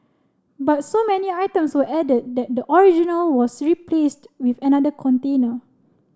but so many items were added that the original was replaced with another container